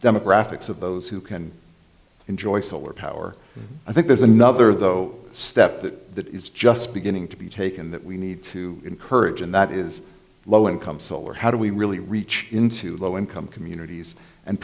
demographics of those who can enjoy solar power i think there's another though step that is just beginning to be taken that we need to encourage and that is low income solar how do we really reach into low income communities and